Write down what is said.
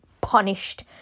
punished